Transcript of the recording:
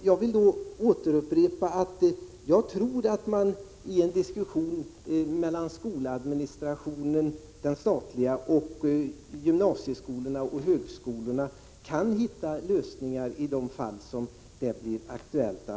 Jag vill då upprepa att jag tror att man i en diskussion mellan den statliga skoladministrationen och gymnasieskolorna och högskolorna kan hitta lösningar i de fall som blir aktuella.